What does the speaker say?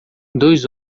dois